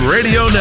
Radio